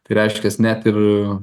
tai reiškias net ir